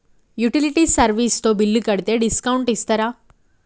Utility service తో bill కడితే discount ఇస్తరా?